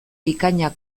bikainak